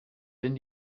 denn